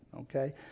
okay